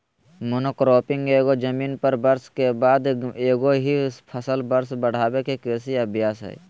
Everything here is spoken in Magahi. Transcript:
मोनोक्रॉपिंग एगो जमीन पर वर्ष के बाद एगो ही फसल वर्ष बढ़ाबे के कृषि अभ्यास हइ